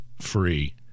free